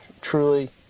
truly